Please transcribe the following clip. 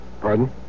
Pardon